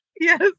yes